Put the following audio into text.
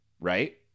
right